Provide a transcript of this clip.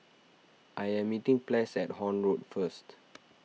I am meeting Ples at Horne Road first